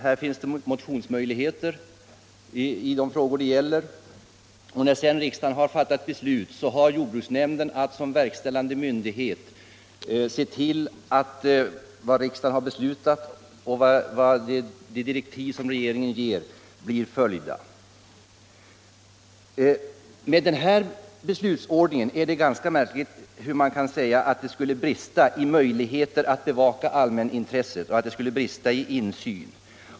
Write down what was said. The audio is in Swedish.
Här finns möjligheter att motionera i de frågor det gäller. När sedan riksdagen har fattat beslut har jordbruksnämnden att som verkställande myndighet se till att vad riksdagen beslutat och de direktiv som regeringen ger blir följda. Med den här beslutsordningen är det ganska märkligt att man kan säga att det skulle brista i möjligheterna att bevaka allmänintresset och i insynsmöjligheterna.